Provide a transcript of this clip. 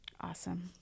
awesome